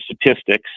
statistics